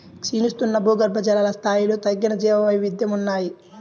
క్షీణిస్తున్న భూగర్భజల స్థాయిలు తగ్గిన జీవవైవిధ్యం ఉన్నాయి